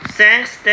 Thanks